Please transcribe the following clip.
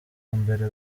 mbere